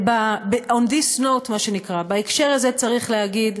on this note, מה שנקרא, בהקשר הזה, צריך להגיד: